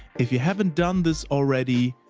if you haven't done this already,